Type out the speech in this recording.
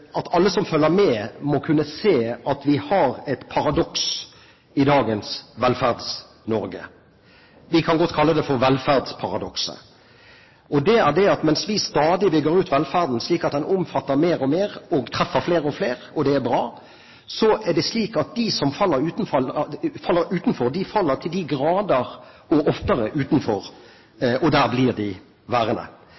at alle som følger med, må kunne se at vi har et paradoks i dagens Velferds-Norge – vi kan godt kalle det for velferdsparadokset – og det er at mens vi stadig bygger ut velferden slik at den omfatter mer og mer og treffer flere og flere, og det er bra, er det slik at de som faller utenfor, faller til de grader og oftere utenfor,